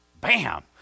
bam